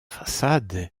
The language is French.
façade